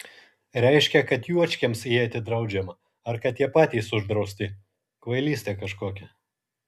reiškia kad juočkiams įeiti draudžiama ar kad jie patys uždrausti kvailystė kažkokia